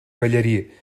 ballarí